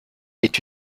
est